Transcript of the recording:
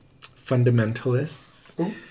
fundamentalists